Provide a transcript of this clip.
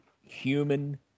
human